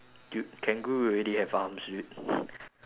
dude kangaroo already have arms dude